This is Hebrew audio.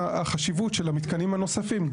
את החשיבות של המתקנים הנוספים.